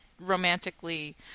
romantically